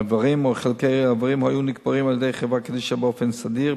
האיברים וחלקי האיברים היו נקברים על-ידי חברת קדישא באופן סדיר,